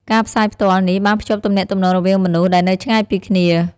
ការផ្សាយផ្ទាល់នេះបានភ្ជាប់ទំនាក់ទំនងរវាងមនុស្សដែលនៅឆ្ងាយពីគ្នា។